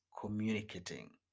communicating